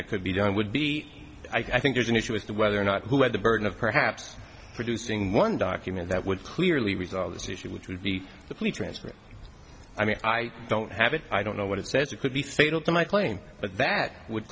that could be done would be i think there's an issue as to whether or not who had the burden of perhaps producing one document that would clearly resolve this issue which would be the plea transcript i mean i don't have it i don't know what it says it could be fatal to my claim but that would